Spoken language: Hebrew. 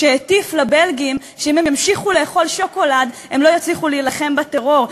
כשהטיף לבלגים שאם הם ימשיכו לאכול שוקולד הם לא יצליחו להילחם בטרור.